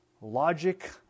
Logic